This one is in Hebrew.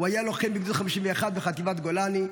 הוא היה לוחם בגדוד 51 בחטיבת גולני,